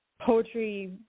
poetry